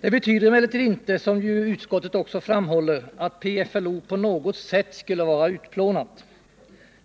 Detta betyder emellertid inte, som ju utskottet också framhåller, att PFLO på något sätt skulle vara utplånat.